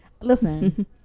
Listen